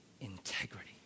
integrity